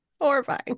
horrifying